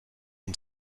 and